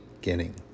beginning